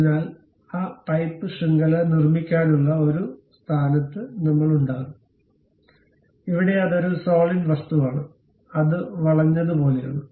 അതിനാൽ ആ പൈപ്പ് ശൃംഖല നിർമ്മിക്കാനുള്ള ഒരു സ്ഥാനത്ത് നമ്മൾ ഉണ്ടാകും ഇവിടെ അത് ഒരു സോളിഡ് വസ്തുവാണ് അത് വളഞ്ഞതുപോലെയാണ്